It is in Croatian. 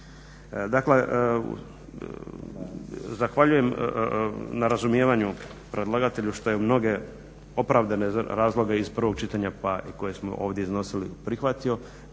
Dakle, zahvaljujem na razumijevanju predlagatelju što je mnoge opravdane razloge iz prvog čitanja koje smo ovdje iznosili prihvatio,